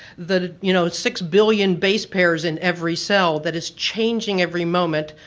the you know six billion base pairs in every cell that is changing every moment,